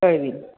कळवीन